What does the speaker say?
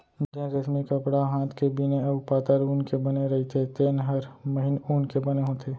जेन रेसमी कपड़ा ह हात के बिने अउ पातर ऊन के बने रइथे तेन हर महीन ऊन के बने होथे